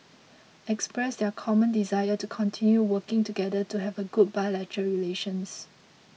expressed their common desire to continue working together to have a good bilateral relations